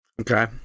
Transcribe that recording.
Okay